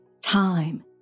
time